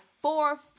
four